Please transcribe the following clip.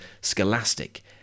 Scholastic